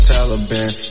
Taliban